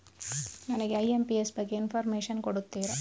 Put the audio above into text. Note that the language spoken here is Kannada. ನನಗೆ ಐ.ಎಂ.ಪಿ.ಎಸ್ ಬಗ್ಗೆ ಇನ್ಫೋರ್ಮೇಷನ್ ಕೊಡುತ್ತೀರಾ?